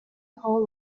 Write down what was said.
hall